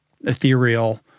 ethereal